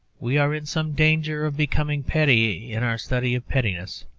we are in some danger of becoming petty in our study of pettiness